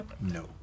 no